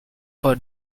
for